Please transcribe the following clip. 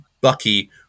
Bucky